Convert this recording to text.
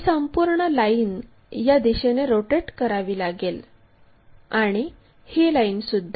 ही संपूर्ण लाईन या दिशेने रोटेट करावी लागेल आणि ही लाइनसुद्धा